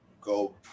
go